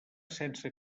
sense